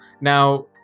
Now